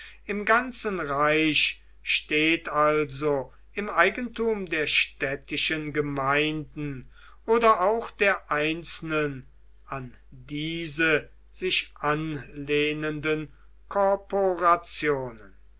im ganzen reich steht also im eigentum der städtischen gemeinden oder auch der einzelnen an diese sich anlehnenden korporationen